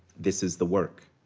this is the work.